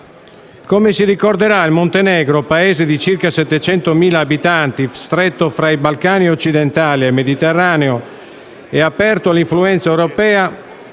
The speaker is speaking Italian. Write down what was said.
Come ricorderete, il Montenegro, Paese di circa 700.000 abitanti, stretto fra i Balcani occidentali e il Mediterraneo e aperto all'influenza europea,